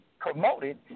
promoted